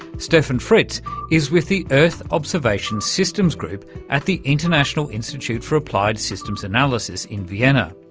steffen fritz is with the earth observation systems group at the international institute for applied systems analysis in vienna.